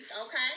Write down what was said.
okay